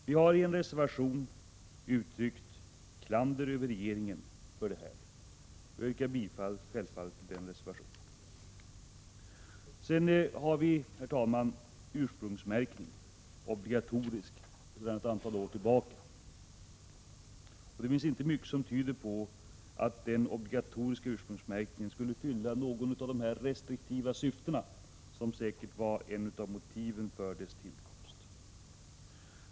Vi har i en reservation uttryckt klander mot regeringen för detta. Jag yrkar bifall till den reservationen. Herr talman! Ursprungsmärkningen av kläder är obligatorisk sedan ett antal år tillbaka. Det finns inte mycket som tyder på att den obligatoriska ursprungsmärkningen skulle fylla något av de restriktiva syften som säkert var motiv för dess tillkomst.